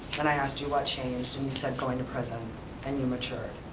and i asked you what changed, and you said going prison and you matured.